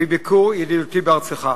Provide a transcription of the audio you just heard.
מביקור ידידותי בארצך.